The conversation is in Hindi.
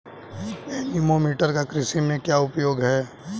एनीमोमीटर का कृषि में क्या उपयोग है?